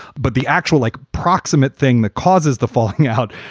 but the actual like proximate thing the causes, the falling out,